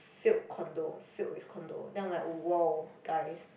filled condo filled with condo then I'm like wow guys